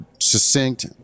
succinct